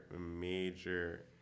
major